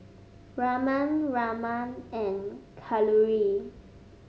Raman Raman and Kalluri